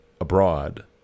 abroad